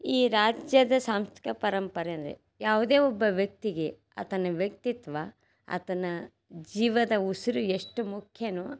ಈ ರಾಜ್ಯದ ಸಾಂಸ್ಕೃತಿಕ ಪರಂಪರೆ ಅಂದರೆ ಯಾವುದೇ ಒಬ್ಬ ವ್ಯಕ್ತಿಗೆ ಆತನ ವ್ಯಕ್ತಿತ್ವ ಆತನ ಜೀವದ ಉಸಿರು ಎಷ್ಟು ಮುಖ್ಯನೋ